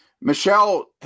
Michelle